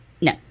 No